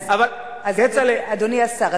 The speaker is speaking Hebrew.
אדוני השר,